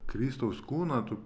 kristaus kūną tu